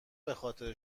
بخاطر